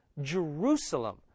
Jerusalem